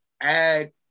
add